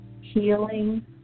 healing